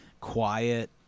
quiet